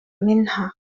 منها